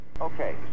Okay